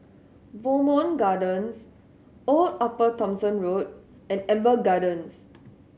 Bowmont Gardens Old Upper Thomson Road and Amber Gardens